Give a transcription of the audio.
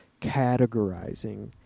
categorizing